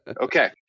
Okay